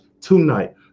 tonight